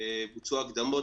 בוצעו הקדמות.